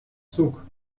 zug